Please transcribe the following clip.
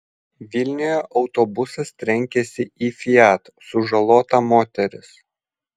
vilniuje autobusas trenkėsi į fiat sužalota moteris